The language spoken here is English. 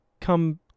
come